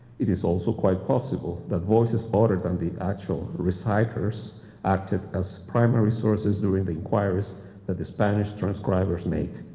it is also quite possible that voices older than the actual recyclers acted as primary sources doing the inquiries that the spanish transcribers make.